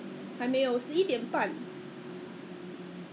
almost afternoon eh almost afternoon lah